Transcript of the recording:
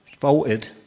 voted